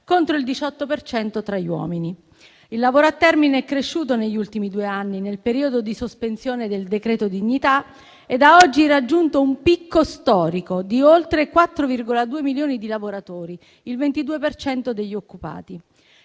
cento tra gli uomini. Il lavoro a termine è cresciuto negli ultimi due anni, nel periodo di sospensione del decreto dignità, ed ha oggi raggiunto un picco storico di oltre 4,2 milioni di lavoratori: il 22 per cento degli occupati.